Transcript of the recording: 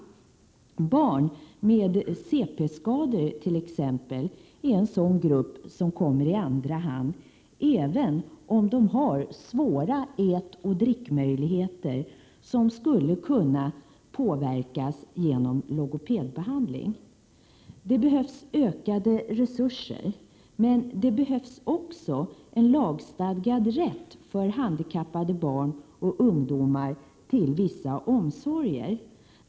Exempelvis barn med cp-skador är en sådan grupp som kommer i andra hand, även om de har stora ätoch dricksvårigheter, som skulle kunna påverkas genom logopedbehandling. Det behövs ökade resurser. Men det behövs också en lagstadgad rätt för handikappade barn och ungdomar till vissa omsorger.